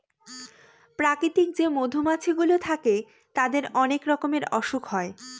প্রাকৃতিক যে মধুমাছি গুলো থাকে তাদের অনেক রকমের অসুখ হয়